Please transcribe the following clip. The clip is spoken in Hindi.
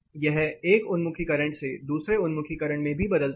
यह एक उन्मुखीकरण से दूसरे उन्मुखीकरण में भी बदलता है